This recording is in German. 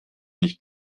nicht